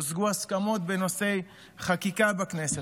הושגו הסכמות בנושאי חקיקה בכנסת,